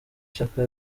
ishyaka